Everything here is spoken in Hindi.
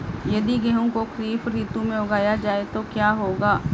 यदि गेहूँ को खरीफ ऋतु में उगाया जाए तो क्या होगा?